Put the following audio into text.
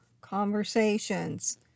conversations